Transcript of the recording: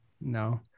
No